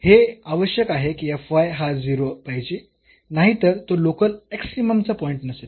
म्हणून हे आवश्यक आहे की हा 0 पाहिजे नाही तर तो लोकल एक्स्ट्रीममचा पॉईंट नसेल